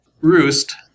Roost